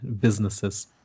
businesses